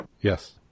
Yes